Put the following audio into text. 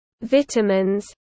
vitamins